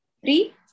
Three